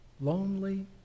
Lonely